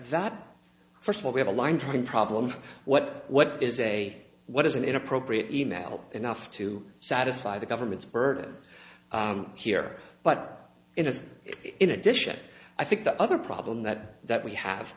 that first of all we have a line drawing problem what what is a what is an inappropriate e mail enough to satisfy the government's burden here but in a in addition i think the other problem that that we have